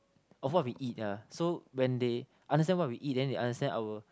of what we uh so when they understand what we eat then they understand our